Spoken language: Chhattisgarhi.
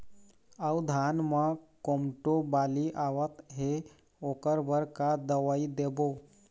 अऊ धान म कोमटो बाली आवत हे ओकर बर का दवई देबो?